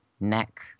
neck